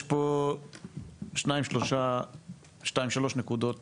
יש פה שתיים-שלוש נקודת